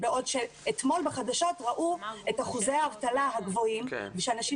אתמול בחדשות ראו את אחוזי האבטלה הגבוהים ונאמר שאנשים